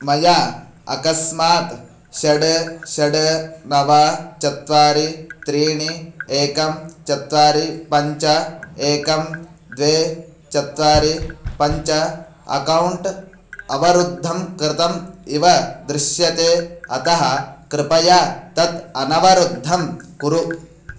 मया अकस्मात् षट् षट् नव चत्वारि त्रीणि एकं चत्वारि पञ्च एकं द्वे चत्वारि पञ्च अकौण्ट् अवरुद्धं कृतम् इव दृश्यते अतः कृपया तत् अनवरुद्धं कुरु